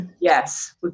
Yes